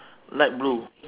light blue